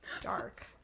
dark